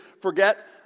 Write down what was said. forget